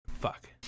Fuck